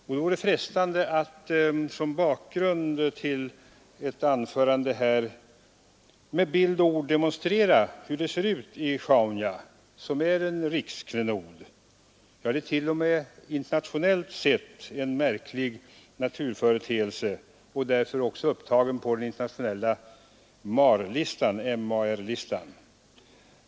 Det vore frestande att som bakgrund till detta anförande i bild demonstrera hur det ser ut i Sjaunja, som är en riksklenod, ja, det är t.o.m. internationellt sett en märklig naturföreteelse och därför också upptaget på den internationella MAR-listan.